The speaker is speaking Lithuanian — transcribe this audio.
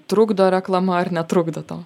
trukdo reklama ar netrukdo tau